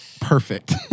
perfect